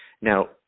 Now